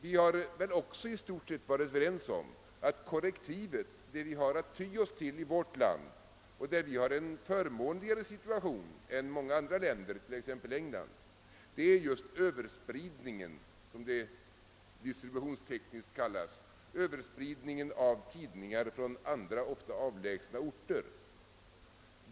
Vi har väl i stort sett varit överens om att det korrektiv vi har att ty oss till i vårt land, som därvidlag har en förmånligare situation än många andra länder, t.ex. England, är Ööverspridningen, som det distributionstekniskt kallas, av tidningar från andra, ofta avlägsna orter.